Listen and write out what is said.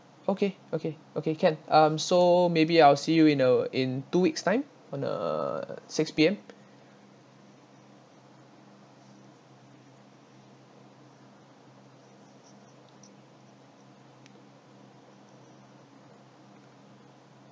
okay okay okay can um so maybe I'll see you in a in two weeks' time on the six P_M